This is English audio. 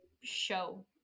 show